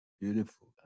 beautiful